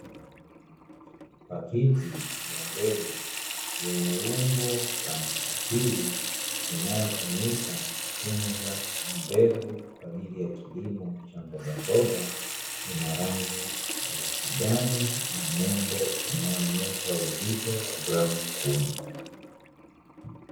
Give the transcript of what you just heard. Paketi la mbegu yenye umbo la mstatili inayotumika kutunza mbegu kwa ajili ya kilimo cha mboga mboga, ina rangi za kijani na nembo inayoonyesha uzito wa gramu kumi.